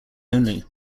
only